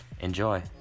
Enjoy